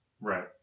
Right